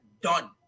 done